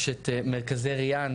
יש את מרכזי ריאן,